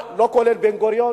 לא כולל בן-גוריון.